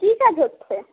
কী কাজ হচ্ছে